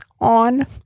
on